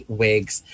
wigs